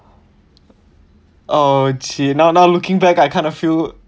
oh chin now now looking back I kind of feel